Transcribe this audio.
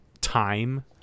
time